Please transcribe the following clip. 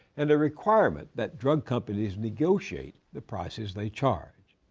and a requirement that drug companies negotiate the prices they charge.